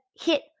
hit